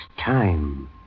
time